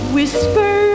Whisper